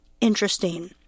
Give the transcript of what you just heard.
interesting